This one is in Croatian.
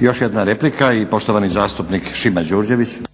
Još jedna replika i poštovani zastupnik Šime Đurđević. **Đurđević, Šimo